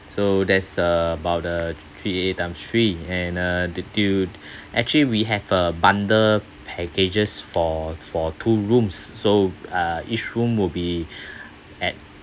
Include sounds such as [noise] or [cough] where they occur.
[breath] so there's about the three eight eight times three and uh the due [breath] actually we have a bundle packages for for two rooms so uh each room will be [breath] at